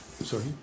Sorry